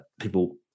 people